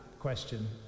Question